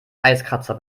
eiskratzer